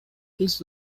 his